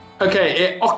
Okay